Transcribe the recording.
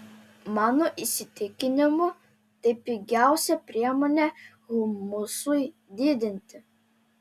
mano įsitikinimu tai pigiausia priemonė humusui didinti